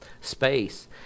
space